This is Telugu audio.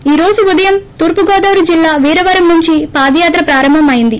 ఈ రోజు ఉదయం తూర్పుగోదావరి జిల్లా వీరవరం నుంచి పాదయాత్ర ప్రారంభం అయింది